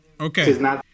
Okay